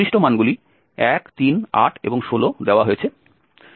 সংশ্লিষ্ট মানগুলি 1 3 8 এবং 16 দেওয়া হয়েছে